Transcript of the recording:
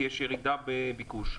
כי יש ירידה בביקוש.